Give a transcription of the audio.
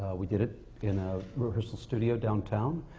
we did it in a rehearsal studio downtown,